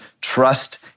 trust